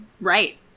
Right